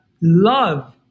love